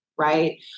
Right